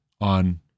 on